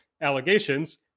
allegations